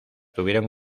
tuvieron